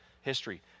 history